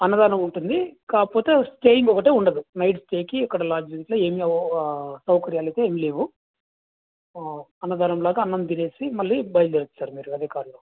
అన్నదానం ఉంటుంది కాకపోతే స్టేయింగ్ ఒకటే ఉండదు నైట్ స్టేకి ఇక్కడ లాజింగ్స్ ఏమి సౌకర్యాలైతే ఏమీ లేవు అన్నదానంలాగా అన్నం తినేసి మళ్ళీ బయల్దేరొచ్చు సార్ మీరు అదే కార్లో